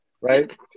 Right